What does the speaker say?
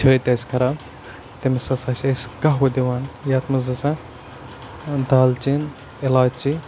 چھٲتۍ اَسہِ خراب تٔمِس ہَسا چھِ أسۍ کَہوٕ دِوان یَتھ منٛز ہَسا دالچیٖن علاچی